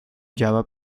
java